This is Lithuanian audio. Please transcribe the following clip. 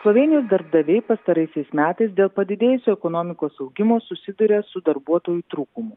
slovėnijos darbdaviai pastaraisiais metais dėl padidėjusio ekonomikos augimo susiduria su darbuotojų trūkumu